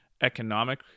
economic